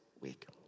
week